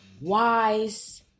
wise